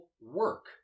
work